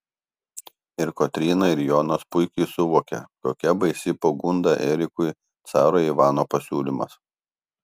ir kotryna ir jonas puikiai suvokia kokia baisi pagunda erikui caro ivano pasiūlymas